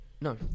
No